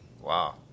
Wow